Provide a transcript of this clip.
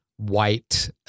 white